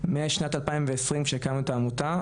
משנת 2020 כשהקמנו את העמותה,